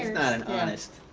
not an honest